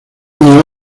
niños